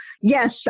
yes